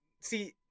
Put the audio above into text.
See